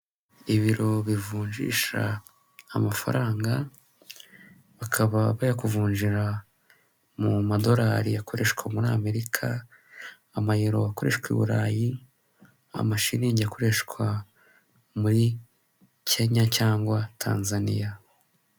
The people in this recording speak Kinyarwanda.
Ibiro bivunjisha amafaranga, bakaba bayavunjira mu madorari akoreshwa muri Amerika, amayero akoreshwa i Burayi, amashiringi akoreshwa muri Kenya cyangwa Tanzania.